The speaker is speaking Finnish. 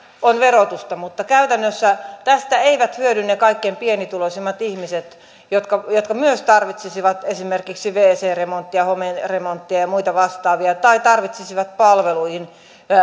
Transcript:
on verotusta mutta käytännössä tästä eivät hyödy ne kaikkein pienituloisimmat ihmiset jotka jotka myös tarvitsisivat esimerkiksi wc remonttia homeremonttia ja ja muita vastaavia tai palveluihin